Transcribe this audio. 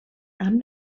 amb